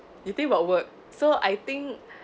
you think about work so I think